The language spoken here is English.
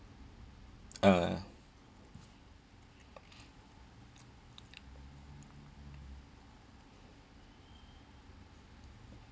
ah